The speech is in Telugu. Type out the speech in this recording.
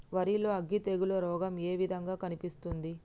వరి లో అగ్గి తెగులు రోగం ఏ విధంగా కనిపిస్తుంది?